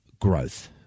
growth